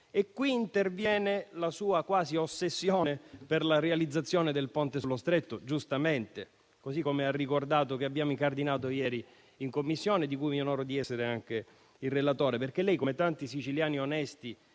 Qui interviene la sua quasi ossessione per la realizzazione del ponte sullo Stretto, giustamente, ricordando il provvedimento che abbiamo incardinato ieri in Commissione di cui mi onoro di essere anche relatore. Lei, Ministro, come tanti siciliani onesti